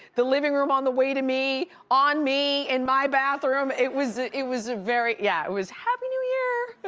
the living room on the way to me, on me, in my bathroom. it was it was a very, yeah. it was happy new year,